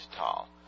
tall